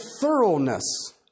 thoroughness